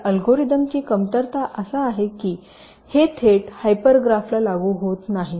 या अल्गोरिदमची कमतरता असा आहे की हे थेट हायपर ग्राफ ला लागू नाही